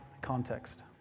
context